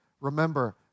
remember